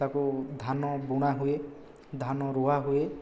ତାକୁ ଧାନ ବୁଣା ହୁଏ ଧାନ ରୁଆ ହୁଏ